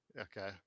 Okay